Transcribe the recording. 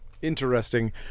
interesting